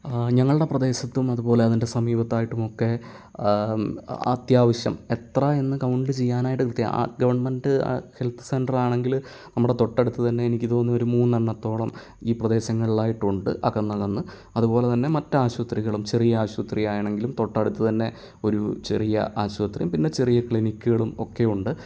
ഞങ്ങളുടെ പ്രദേശത്തും അതുപോലെ അതിൻ്റെ സമീപത്തായിട്ടുമൊക്കെ അത്യാവശ്യം എത്ര എന്ന് കൗണ്ട് ചെയ്യാനായിട്ട് കൃത്യം ഗവൺമെന്റ് ഹെൽത്ത് സെന്ററാണെങ്കില് നമ്മുടെ തൊട്ടടുത്ത് തന്നെ എനിക്ക് തോന്നി ഒരു മൂന്നെണ്ണത്തോളം ഈ പ്രദേശങ്ങളിലായിട്ടുണ്ട് അകന്ന് അകന്ന് അതുപോലെതന്നെ മറ്റ് ആശുത്രികളും ചെറിയ ആശുത്രിയാണെങ്കിലും തൊട്ടടുത്ത് തന്നെ ഒരു ചെറിയ ആശുപത്രിയും പിന്നെ ചെറിയ ക്ലിനിക്കുകളും ഒക്കെ ഉണ്ട്